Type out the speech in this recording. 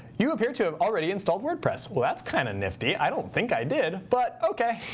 you appear to have already installed wordpress. well, that's kind of nifty. i don't think i did, but ok.